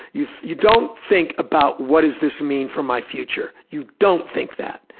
you you don't think about what does this mean for my future. you don't think that.